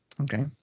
okay